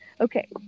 okay